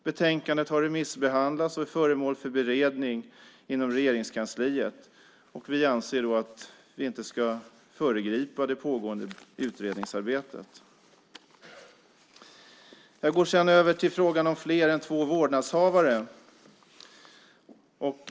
Betänkandet har remissbehandlats och är föremål för beredning inom Regeringskansliet, och vi anser då att vi inte ska föregripa det pågående utredningsarbetet. Jag går sedan över till frågan om fler än två vårdnadshavare.